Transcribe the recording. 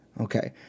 Okay